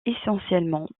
essentiellement